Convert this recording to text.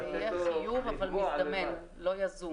יהיה חיוב, אבל מזדמן, לא יזום.